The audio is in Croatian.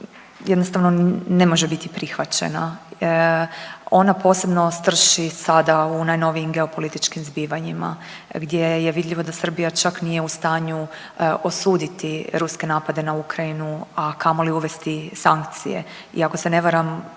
jednostavno ne može biti prihvaćena. Ona posebno strši sada u najnovijim geopolitičkim zbivanjima gdje je vidljivo da Srbija čak nije u stanju osuditi ruske napade na Ukrajinu, a kamoli uvesti sankcije. I ako se ne varam